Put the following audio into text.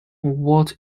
what